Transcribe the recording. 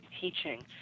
teaching